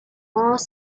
more